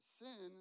sin